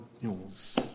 news